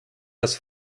das